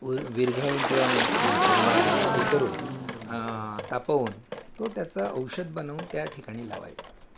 उर विरघळून किंवा त्याला हे करून तापवून तो त्याचं औषध बनवून त्या ठिकाणी लावायचा